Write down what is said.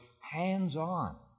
hands-on